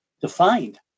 defined